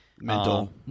Mental